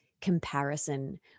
comparison